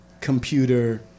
computer